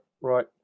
right